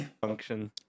function